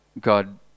God